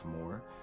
more